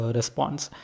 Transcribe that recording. response